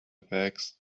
bags